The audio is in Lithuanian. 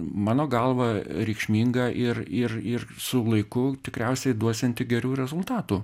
mano galva reikšminga ir ir ir su laiku tikriausiai duosianti gerių rezultatų